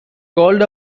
called